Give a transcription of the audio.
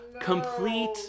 Complete